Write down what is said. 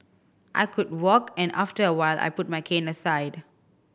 I could walk and after a while I put my cane aside